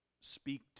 speak